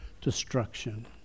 destruction